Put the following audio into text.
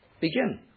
begin